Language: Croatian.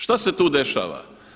Šta se tu dešava?